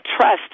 trust